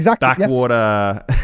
backwater